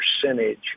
percentage